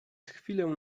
chwilę